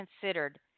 considered